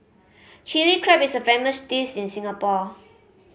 Chilli Crab is a famous dish in Singapore